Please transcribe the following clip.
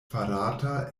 farata